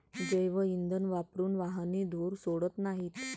जैवइंधन वापरून वाहने धूर सोडत नाहीत